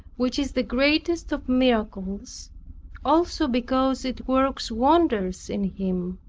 which is the greatest of miracles also because it works wonders in him.